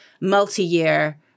multi-year